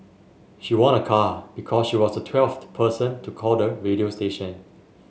she won a car because she was the twelfth person to call the radio station